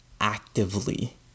actively